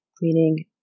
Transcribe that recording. meaning